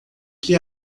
que